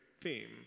theme